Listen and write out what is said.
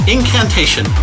Incantation